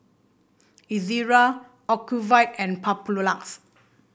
Ezerra Ocuvite and Papulex